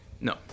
No